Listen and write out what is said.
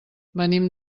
venim